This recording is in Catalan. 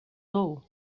tou